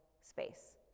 space